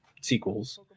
sequels